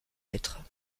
lettres